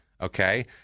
okay